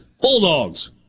Bulldogs